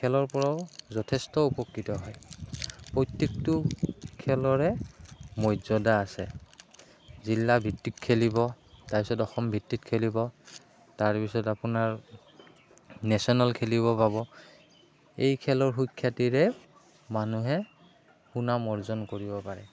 খেলৰ পৰাও যথেষ্ট উপকৃত হয় প্ৰত্যেকটো খেলৰে মৰ্যাদা আছে জিলা ভিত্তিক খেলিব তাৰপিছত অসম ভিত্তিত খেলিব তাৰপিছত আপোনাৰ নেশ্যনেল খেলিব পাব এই খেলৰ সুখ্যাতিৰে মানুহে সুনাম অৰ্জন কৰিব পাৰে